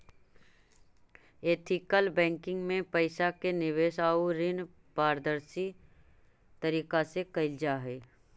ethical banking में पइसा के निवेश आउ ऋण पारदर्शी तरीका से कैल जा हइ